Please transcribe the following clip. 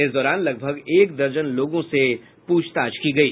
इस दौरान लगभग एक दर्जन लोगों से पूछताछ की गयी